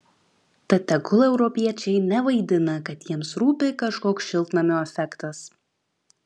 tad tegul europiečiai nevaidina kad jiems rūpi kažkoks šiltnamio efektas